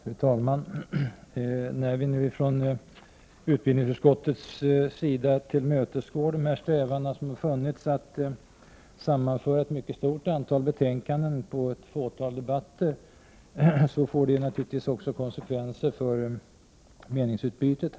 Fru talman! När vi nu från utbildningsutskottets sida tillmötesgår strävandena som funnits att sammanföra ett mycket stort antal betänkanden till ett fåtal debatter, får det naturligtvis konsekvenser för meningsutbytet.